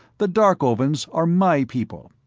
the darkovans are my people,